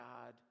God